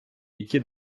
які